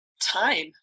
time